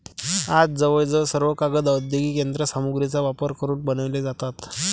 आज जवळजवळ सर्व कागद औद्योगिक यंत्र सामग्रीचा वापर करून बनवले जातात